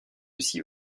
aussi